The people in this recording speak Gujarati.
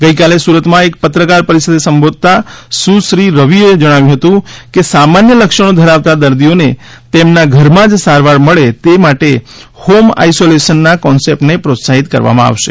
ગઇકાલે સુરતમાં એક પત્રકાર પરિષદે સંબોધતા સુ શ્રી રવિએ જણાવ્યુ હતું કે સામાન્ય લક્ષણો ધરાવતાં દર્દીઓને તેમના ઘરમાં જ સારવાર મળે તે માટે હોમ આઈસોલેશનના કોન્સેપ્ટને પ્રોત્સાહિત કરવામાં આવશે